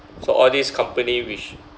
so all these company which